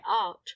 art